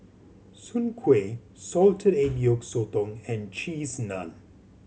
soon kway salted egg yolk sotong and Cheese Naan